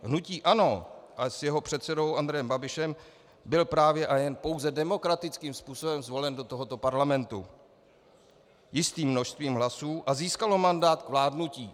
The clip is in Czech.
Hnutí ANO a s jeho předsedou Andrejem Babišem byl právě a jen pouze demokratickým způsobem zvolen do tohoto parlamentu jistým množstvím hlasů a získalo mandát k vládnutí.